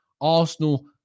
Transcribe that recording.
Arsenal